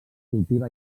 cultiva